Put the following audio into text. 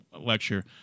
lecture